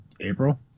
April